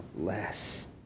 less